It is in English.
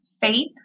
faith